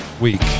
week